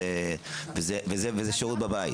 וזה שירות מהבית.